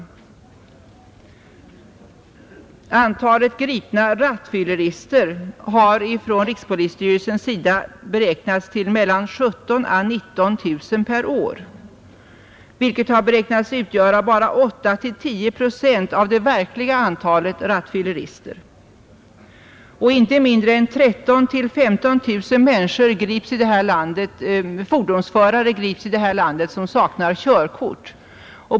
55 Antalet gripna rattfyllerister har från rikspolisstyrelsens sida beräknats till 17 000 å 19 000 per år, vilket anses utgöra bara 8—10 procent av det verkliga antalet rattfyllerister. Inte mindre än 13 000 å 15 000 fordonsförare som grips här i landet saknar körkort.